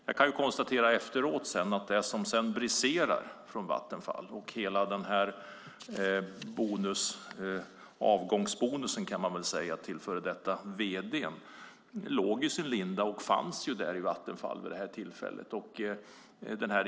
Jag kan efteråt konstatera att det som sedan briserade i Vattenfall och allt detta med avgångsbonusen till den före detta vd:n låg i sin linda och fanns i Vattenfall vid det här tillfället.